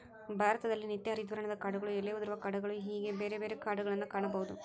ಭಾರತದಲ್ಲಿ ನಿತ್ಯ ಹರಿದ್ವರ್ಣದ ಕಾಡುಗಳು ಎಲೆ ಉದುರುವ ಕಾಡುಗಳು ಹೇಗೆ ಬೇರೆ ಬೇರೆ ಕಾಡುಗಳನ್ನಾ ಕಾಣಬಹುದು